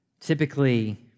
Typically